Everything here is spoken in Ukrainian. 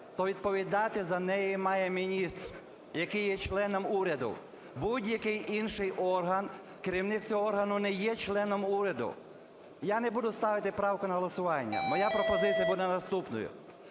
то відповідати за неї має міністр, який є членом уряду. Будь-який інший орган, керівництво органу не є членом уряду. Я не буду ставити правку на голосування. Моя пропозиція буде наступною: